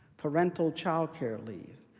parental child care leave,